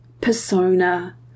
persona